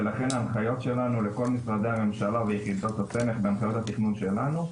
ולכן ההנחיות שלנו לכל משרדי הממשלה --- בהנחיות התכנון שלנו,